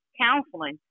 Counseling